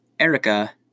Erica